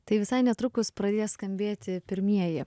tai visai netrukus pradės skambėti pirmieji